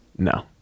No